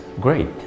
great